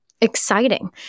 exciting